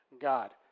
God